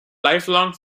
lifelong